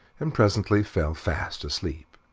and presently fell fast asleep.